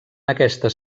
aquestes